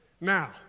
Now